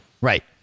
Right